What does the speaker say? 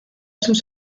sus